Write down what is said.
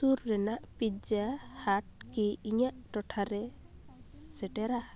ᱥᱩᱨ ᱨᱮᱱᱟᱜ ᱯᱤᱡᱽᱡᱟ ᱟᱨ ᱦᱟᱴ ᱠᱤ ᱤᱧᱟᱹᱜ ᱴᱚᱴᱷᱟᱨᱮ ᱥᱮᱴᱮᱨᱟ